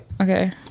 Okay